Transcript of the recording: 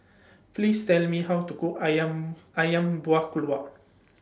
Please Tell Me How to Cook Ayam Ayam Buah Keluak